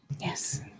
yes